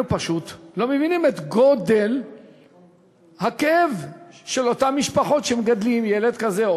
אנחנו פשוט לא מבינים את גודל הכאב של אותן משפחות שמגדלות ילד כזה,